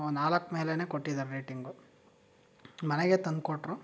ನಾಲ್ಕು ಮೇಲೆನೇ ಕೊಟ್ಟಿದ್ದಾರೆ ರೇಟಿಂಗು ಮನೆಗೆ ತಂದು ಕೊಟ್ಟರು